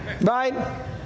Right